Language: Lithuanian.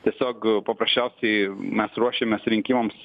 tiesiog paprasčiausiai mes ruošiamės rinkimams